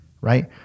Right